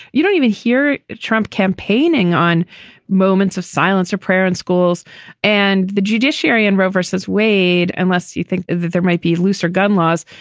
you don't even hear trump campaigning on moments of silence or prayer in schools and the judiciary in roe vs. wade. unless you think that there might be looser gun laws,